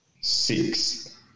six